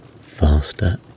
faster